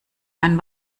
einen